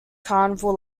carnival